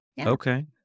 Okay